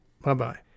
Bye-bye